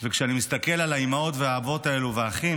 וכשאני מסתכל על האימהות והאבות והאחים,